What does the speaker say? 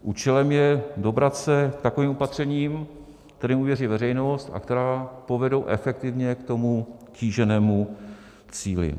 Účelem je dobrat se k takovým opatřením, kterým uvěří veřejnost a která povedou efektivně k tomu kýženému cíli.